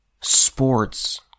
sports